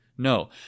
No